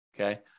okay